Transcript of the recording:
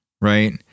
right